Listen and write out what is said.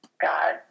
God